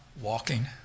walking